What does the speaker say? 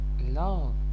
love